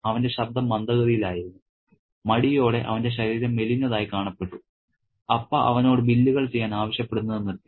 അവന്റെ ശബ്ദം മന്ദഗതിയിലായിരുന്നു മടിയോടെ അവന്റെ ശരീരം മെലിഞ്ഞതായി കാണപ്പെട്ടു അപ്പ അവനോട് ബില്ലുകൾ ചെയ്യാൻ ആവശ്യപ്പെടുന്നത് നിർത്തി